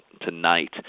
tonight